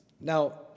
Now